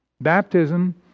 Baptism